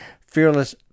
Fearless